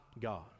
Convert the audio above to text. God